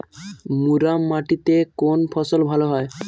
মুরাম মাটিতে কোন ফসল ভালো হয়?